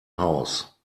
house